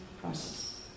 process